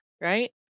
right